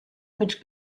mit